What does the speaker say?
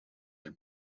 elle